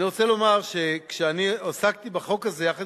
אני רוצה לומר שכשאני עסקתי בחוק הזה יחד